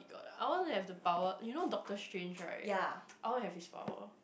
I want to have the power you know Doctor-Strange right I want to have his power